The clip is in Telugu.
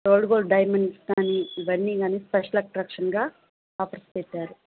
రోల్డ్ గోల్డ్ డైమండ్స్ కానీ ఇవన్నీ కానీ స్పెషల్ ఎట్రాక్షన్గా ఆఫర్స్ పెట్టారు